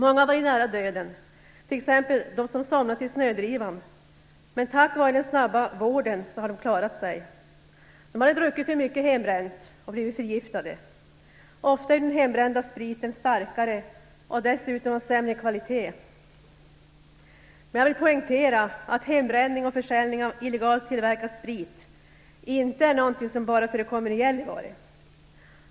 Många har varit nära döden, t.ex. de som somnat i snödrivan, men tack vare den snabba vården har de klarat sig. De hade druckit för mycket hembränt och blivit förgiftade. Ofta är den hembrända spriten starkare och dessutom av sämre kvalitet. Jag vill poängtera att hembränning och försäljning av illegalt tillverkad sprit inte är någonting som bara förekommer i Gällivare.